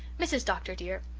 mrs. dr. dear,